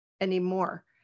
anymore